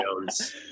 Jones